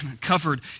covered